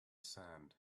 sand